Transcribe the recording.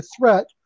threat